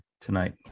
tonight